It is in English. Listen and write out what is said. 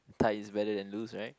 tight is better than loose right